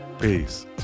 Peace